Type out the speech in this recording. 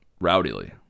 rowdily